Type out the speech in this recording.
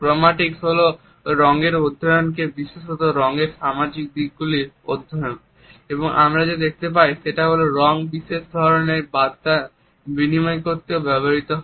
chromatics হল রঙের অধ্যয়ন বিশেষত রঙের সামাজিক দিকগুলির অধ্যায়ন এবং আমরা দেখতে পাই যে রঙ বিশেষ ধরণের বার্তা বিনিময় করতেও ব্যবহৃত হয়